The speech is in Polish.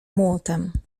młotem